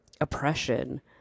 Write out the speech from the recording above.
oppression